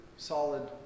solid